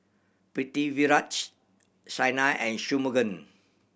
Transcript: Pritiviraj Saina and Shunmugam